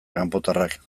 kanpotarrak